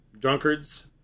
drunkards